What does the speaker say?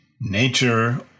Nature